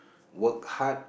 work hard